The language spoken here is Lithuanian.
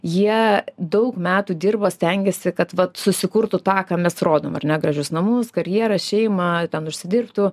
jie daug metų dirbo stengėsi kad vat susikurtų tą ką mes rodom ar ne gražius namus karjerą šeimą ten užsidirbtų